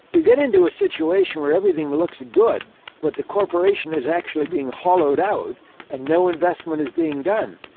you get into a situation where everything looks good, but the corporation is actually being hollowed out and no investment is being done.